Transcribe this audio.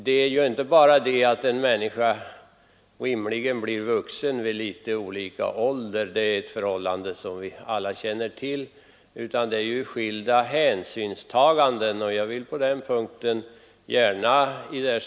Det är ju inte bara så att människor blir ”vuxna” vid olika åldrar — det känner vi alla till — utan det är här fråga om flera olika hänsynstaganden.